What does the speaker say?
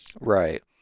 Right